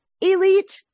elite